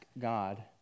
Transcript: God